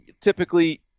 typically